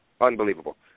unbelievable